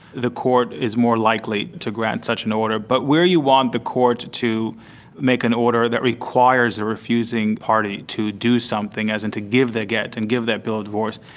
the court is more likely to grant such an order. but where you want to the court to make an order that requires the refusing party to do something, as in to give the gett and give that bill of divorce,